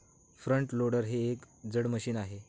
front loader हे एक जड मशीन आहे